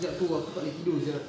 sejak tu aku tak boleh tidur sia